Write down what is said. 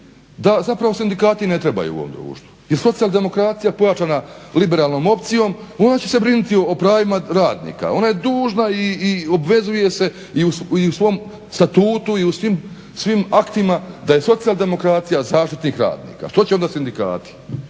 da zapravo sindikati ne trebaju u ovom društvu i socijaldemokracija pojačana liberalnom opcijom ona će se brinuti o pravima radnika, ona je dužna i obvezuje se i u svom statutu i svim aktima da je socijaldemokracija zaštitnik radnika. Što će onda sindikati?